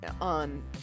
on